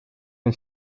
een